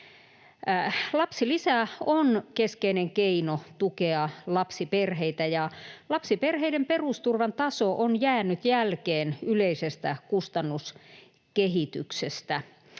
Lapsilisä on keskeinen keino tukea lapsiperheitä, ja lapsiperheiden perusturvan taso on jäänyt jälkeen yleisestä kustannuskehityksestä.